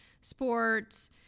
sports